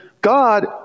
God